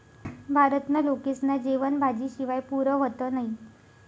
भारतना लोकेस्ना जेवन भाजी शिवाय पुरं व्हतं नही